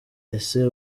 ese